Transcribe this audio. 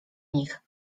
nich